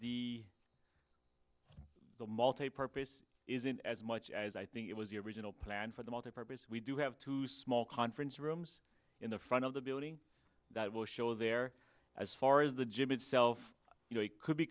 the the multi purpose isn't as much as i think it was the original plan for the multipurpose we do have two small conference rooms in the front of the building that will show there as far as the gym itself you know it could be